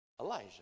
Elijah